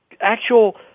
actual